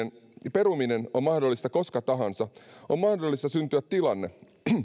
peruminen on mahdollista koska tahansa on mahdollista syntyä tilanne